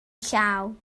llaw